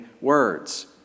words